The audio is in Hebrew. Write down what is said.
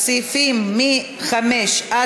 סעיפים 5 18,